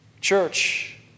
Church